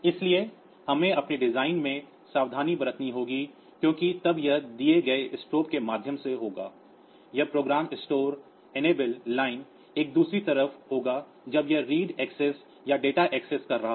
इसलिए हमें अपने डिज़ाइन में सावधानी बरतनी होगी क्योंकि तब यह दिए गए स्ट्रोब के माध्यम से होगा यह प्रोग्राम स्टोर सक्षम लाइन पर दूसरी तरफ होगा जब यह रीड एक्सेस या डेटा एक्सेस कर रहा हो